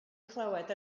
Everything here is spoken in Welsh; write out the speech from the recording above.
clywed